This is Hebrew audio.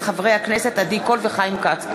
מאת חברי הכנסת עדי קול וחיים כץ.